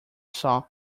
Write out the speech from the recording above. saw